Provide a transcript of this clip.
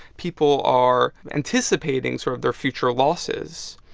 people are anticipating sort of their future losses.